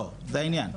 לא, זה העניין.